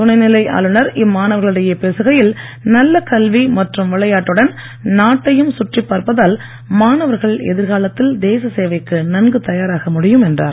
துணை நிலை ஆளுநர் இம்மாணவர்களிடையே பேசுகையில் நல்ல கல்வி மற்றும் விளையாட்டுடன் நாட்டையும் சுற்றிப் பார்ப்பதால் மாணவர்கள் எதிர்காலத்தில் தேச சேவைக்கு நன்கு தயாராக முடியும் என்றார்